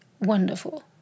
wonderful